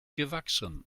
gewachsen